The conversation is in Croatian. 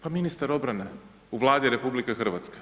Pa ministar obrane u Vladi RH.